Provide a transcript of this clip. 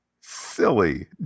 silly